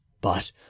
But